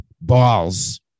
balls